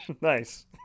Nice